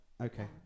Okay